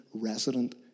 resident